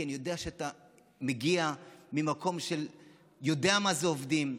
כי אני יודע שאתה מגיע ממקום שיודע מה זה עובדים,